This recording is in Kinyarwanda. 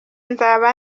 nzaba